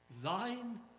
Thine